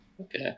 Okay